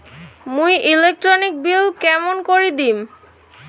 মুই electric bill কেমন করি দিম?